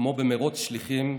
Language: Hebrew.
כמו במרוץ שליחים,